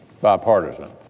bipartisan